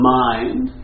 mind